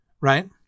Right